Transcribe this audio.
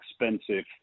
expensive